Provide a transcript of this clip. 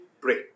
pray